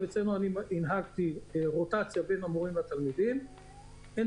אני הנהגתי רוטציה בין המורים לתלמידים ---.